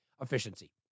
efficiency